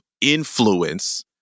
influence